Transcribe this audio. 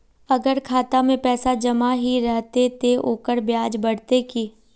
अगर खाता में पैसा जमा ही रहते ते ओकर ब्याज बढ़ते की?